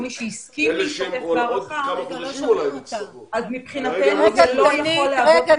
או מי שהסכים להשתתף בהארכה --- אם זה עד 1,000 כמה זה?